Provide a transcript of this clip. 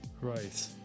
Right